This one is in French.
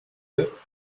eux